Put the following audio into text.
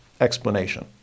explanation